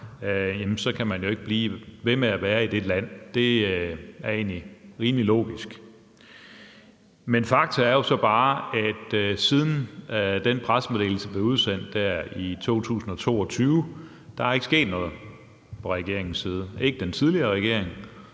så kan man jo ikke blive ved med at være i det land. Det er egentlig rimelig logisk. Men fakta er jo så bare, at siden den pressemeddelelse blev udsendt i 2022, er der ikke sket noget fra regeringens side, hverken fra den tidligere regering